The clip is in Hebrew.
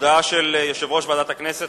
הודעה של יושב-ראש ועדת הכנסת,